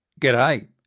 G'day